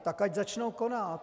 Tak ať začnou konat.